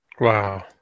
Wow